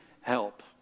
help